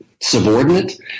subordinate